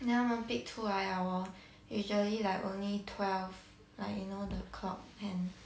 then 他们 pick 出来了 hor usually like only twelve like you know the clock hand